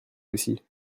aussi